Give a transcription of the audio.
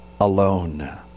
alone